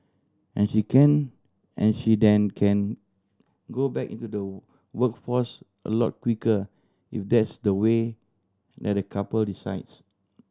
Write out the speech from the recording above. and she can and she then can go back into the workforce a lot quicker if that's the way that the couple decides